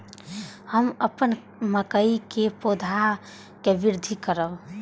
हम अपन मकई के पौधा के वृद्धि करब?